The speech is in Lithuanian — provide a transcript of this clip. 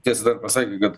tiesa dar pasakė kad